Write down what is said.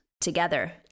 Together